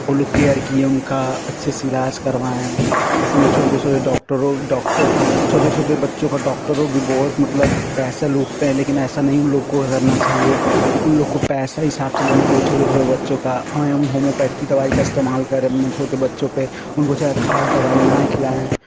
उन लोग केयर किए उनका अच्छे से इलाज़ करवाए इसमें छोटे छोटे डॉक्टरों डॉक्टर छोटे छोटे बच्चों के डॉक्टर भी बहुत मतलब पैसा लूटते हैं लेकिन ऐसा नहीं उनलोगों को रहना चाहिए उनलोगों को पैसा हिसाब से लेना चाहिए छोटे छोटे बच्चों का होम्योपैथी दवाई का इस्तेमाल करें छोटे बच्चों पर उनको ज़्यादा हार्ड दवाई न खिलाएँ